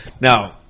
Now